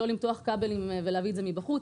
לא למתוח כבלים ולהביא את זה מבחוץ.